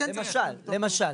למשל, למשל.